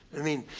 i mean,